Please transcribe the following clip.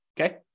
okay